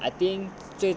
I think